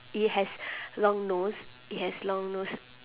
it has long nose it has long nose